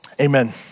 amen